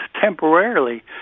temporarily